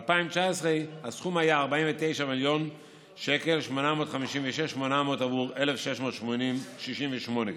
ב-2019 הסכום היה 49 מיליון ו-856,800 שקל עבור 1,668 כיתות,